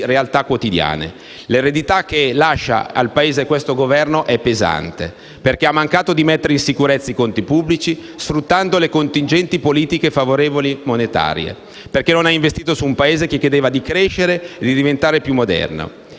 L'eredità che lascia al Paese questo Governo è pesante, perché ha mancato di mettere in sicurezza i conti pubblici, sfruttando le contingenti politiche monetarie favorevoli, perché non ha investito su un Paese che chiedeva di crescere e diventare più moderno.